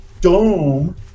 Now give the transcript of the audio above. dome